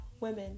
women